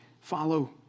follow